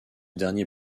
dernier